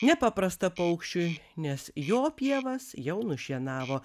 nepaprasta paukščiui nes jo pievas jau nušienavo